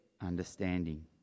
understanding